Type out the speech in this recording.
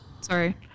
Sorry